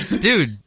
Dude